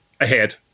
ahead